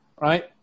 right